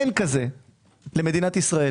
אין כזה למדינת ישראל.